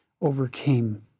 overcame